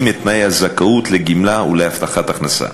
את תנאי הזכאות לגמלה להבטחת הכנסה.